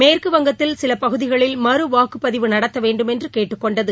மேற்கு வங்கத்தில் சில பகுதிகளில் மறுவாக்குப்பதிவு நடத்த வேண்டுமென்று கேட்டுக் கொண்டது